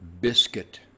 biscuit